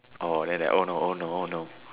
orh then that oh no oh no oh no